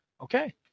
Okay